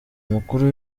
umukuru